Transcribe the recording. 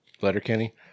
Letterkenny